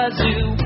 zoo